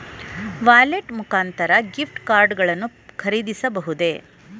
Wallet ಮುಖಾಂತರ gift card ಗಳನ್ನು ಖರೀದಿಸಬಹುದೇ?